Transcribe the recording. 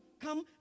come